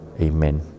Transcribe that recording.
amen